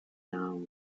now